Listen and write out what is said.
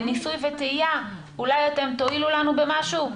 בניסוי וטעייה אולי אתם תועילו לנו במשהו,